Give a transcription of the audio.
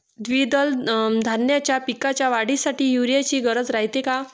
द्विदल धान्याच्या पिकाच्या वाढीसाठी यूरिया ची गरज रायते का?